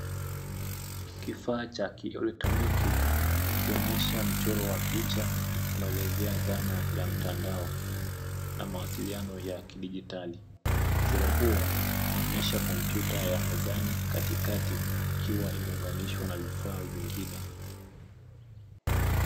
Kifaa cha kielektroniki ikionyesha mchoro ya picha unaoelezea dhana ya mtandao na mawasiliano ya kidijitali, mchoro huo huonyesha kompyuta ya mezani katikati ikiwa imeunganishwa na vifaa vingine.